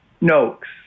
Noakes